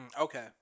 Okay